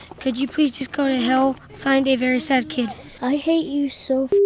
could you please just go to hell? signed, a very sad kid i hate you so